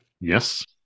Yes